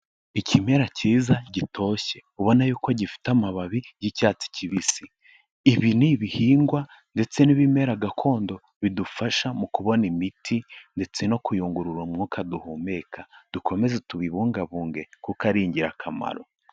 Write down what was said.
Ikimera cyiza gitoshye ubona yuko gifite amababi y'icyatsi kibisi; ibi ni ibihingwa ndetse n'ibimera gakondo bidufasha mu kubona imiti ndetse no kuyungurura umwuka duhumeka, dukomeze tubibungabunge kuko ari ingirakamaro.